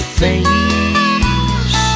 face